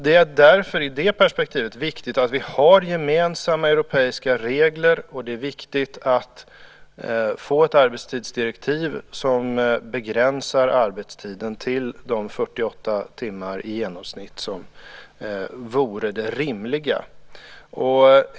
Det är i det perspektivet viktigt att vi har gemensamma europeiska regler och att få ett arbetstidsdirektiv som begränsar arbetstiden till de i genomsnitt 48 timmar som vore det rimliga.